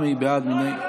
על הודעת ועדת